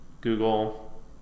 Google